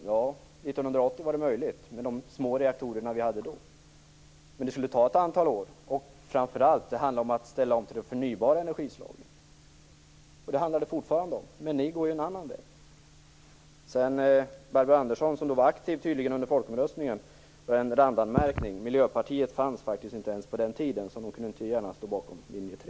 Ja - 1980 var det möjligt, med de små reaktorer vi hade då. Men det skulle ta ett antal år. Framför allt handlade det om att ställa om till de förnybara energislagen. Det handlar det fortfarande om. Men ni går en annan väg. Sedan har jag en randanmärkning till Barbro Andersson, som tydligen var aktiv under folkomröstningen. Miljöpartiet fanns faktiskt inte ens på den tiden, så det kunde inte gärna stå bakom linje 3.